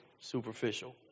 superficial